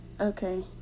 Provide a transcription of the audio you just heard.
Okay